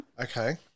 Okay